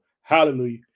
hallelujah